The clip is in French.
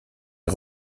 est